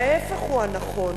ההיפך הוא הנכון,